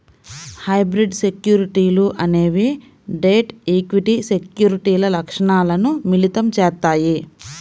hybrid సెక్యూరిటీలు అనేవి debt, equity సెక్యూరిటీల లక్షణాలను మిళితం చేత్తాయి